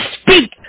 speak